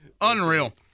Unreal